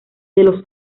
los